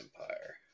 empire